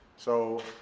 so,